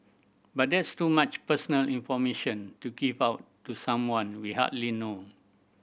but that's too much personal information to give out to someone we hardly know